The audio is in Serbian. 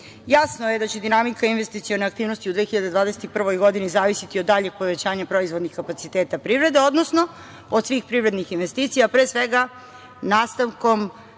je da će dinamika investisticione aktivnosti u 2021. godini zavisiti od daljih povećanja proizvodnih kapaciteta privrede, odnosno, od svih privrednih investicija, a pre svega, nastavkom